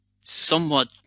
somewhat